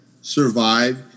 survive